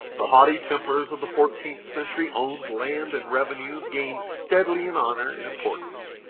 the haughty templars of the fourteenth century owned land and revenues, gained steadily in honor and importance.